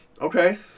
Okay